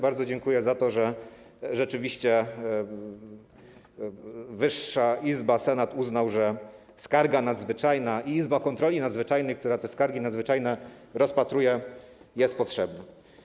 Bardzo dziękuję za to, że rzeczywiście izba wyższa, Senat, uznała, że skarga nadzwyczajna i izba kontroli nadzwyczajnej, która te skargi nadzwyczajne rozpatruje, są potrzebne.